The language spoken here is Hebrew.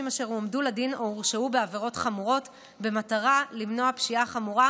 אשר הועמדו לדין או הורשעו בעבירות חמורות במטרה למנוע פשיעה חמורה,